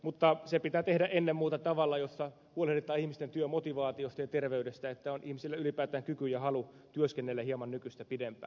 mutta se pitää tehdä ennen muuta tavalla jossa huolehditaan ihmisten työmotivaatiosta ja terveydestä että on ihmisillä ylipäätään kyky ja halu työskennellä hieman nykyistä pidempään